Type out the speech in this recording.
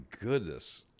goodness